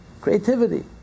creativity